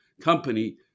company